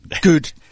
good